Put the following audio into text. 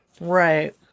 Right